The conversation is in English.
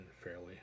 fairly